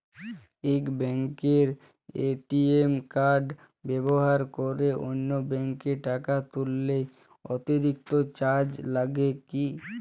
এক ব্যাঙ্কের ATM card ব্যবহার করে অন্য ব্যঙ্কে টাকা তুললে অতিরিক্ত চার্জ লাগে কি?